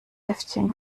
heftchen